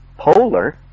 polar